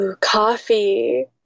coffee